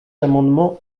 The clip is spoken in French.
d’amendements